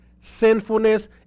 sinfulness